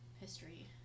history